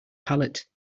palate